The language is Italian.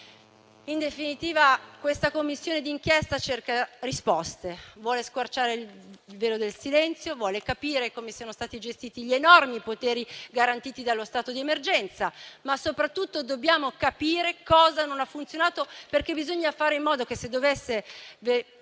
In definitiva, questa Commissione d'inchiesta cerca risposte, vuole squarciare il velo del silenzio, vuole capire come siano stati gestiti gli enormi poteri garantiti dallo stato di emergenza, ma soprattutto dobbiamo capire cosa non ha funzionato, perché bisogna fare in modo che se dovesse